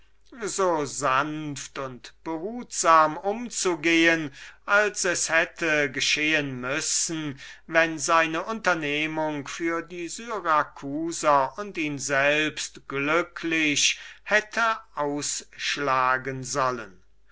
so sanft und behutsam umzugehen als es hätte geschehen müssen wenn seine unternehmung für die syracusaner und ihn selbst glücklich hätte ausschlagen sollen